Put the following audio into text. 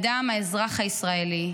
האדם, האזרח הישראלי.